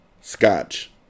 Scotch